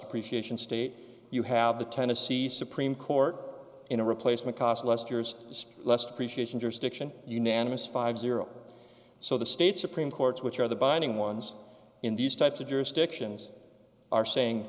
depreciation state you have the tennessee supreme court in a replacement cost lester's less depreciation jurisdiction unanimous fifty dollars so the state supreme courts which are the binding ones in these types of jurisdictions are saying